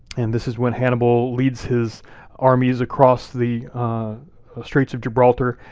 and this is when hannibal leads his armies across the straits of gibraltar,